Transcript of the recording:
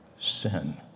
sin